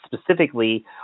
specifically